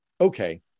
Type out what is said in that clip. okay